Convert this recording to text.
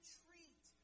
treat